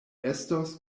estos